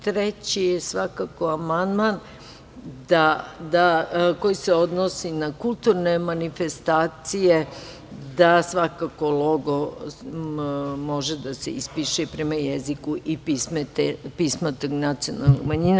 Treći je amandman koji se odnosi na kulturne manifestacije, da svakako logo može da se ispiše prema jeziku i pismu te nacionalne manjine.